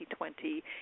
2020